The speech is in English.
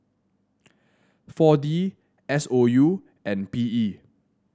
four D S O U and B E